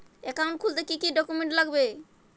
Account খুলতে কি কি ডকুমেন্ট লাগবে?